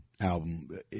album